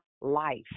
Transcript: life